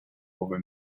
over